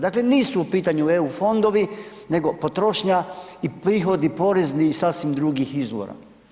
Dakle nisu u pitanju eu fondovi nego potrošnja i prihodi porezni iz sasvim drugih izvora.